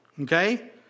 Okay